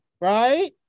right